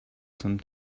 some